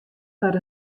foar